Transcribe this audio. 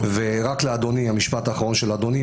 ורק המשפט האחרון לאדוני,